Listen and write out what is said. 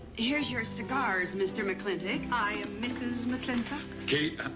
here's your cigars, mr. mclintock. i am mrs. mclintock. kate.